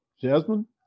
Jasmine